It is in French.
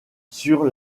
sur